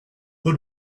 but